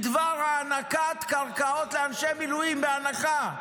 בדבר הענקת קרקעות לאנשי מילואים בהנחה?